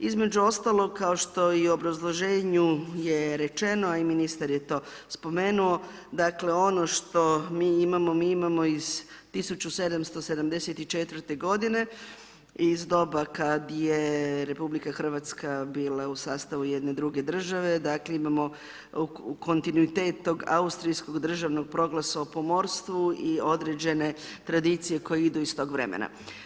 Između ostalog, kao što i obrazloženju je rečeno, a i ministar je to spomenuo, dakle ono što mi imamo, mi imamo iz 1774. g. iz doba kada je RH bila u sastavu jedne druge države, dakle, imamo u kontinuitet Austrijskog državnog proglasa u pomorstvu i određene tradicije koje idu iz tog vremena.